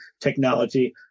technology